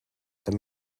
kan